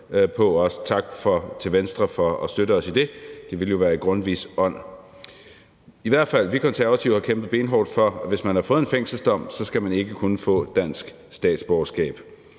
på – også tak til Venstre for at støtte os i det; det ville jo være i Grundtvigs ånd. Vi Konservative har kæmpet benhårdt for, at hvis man har fået en fængselsdom, skal man ikke kunne få dansk statsborgerskab.